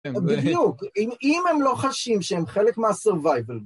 בדיוק, אם הם לא חשים שהם חלק מה- survival